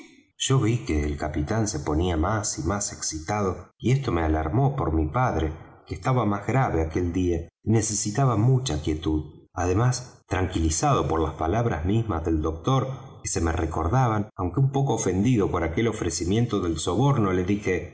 yo ví que el capitán se ponía más y más excitado y esto me alarmó por mi padre que estaba más grave aquel día y necesitaba mucha quietud además tranquilizado por las palabras mismas del doctor que se me recordaban aunque un poco ofendido por aquel ofrecimiento de soborno le dije